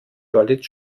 görlitz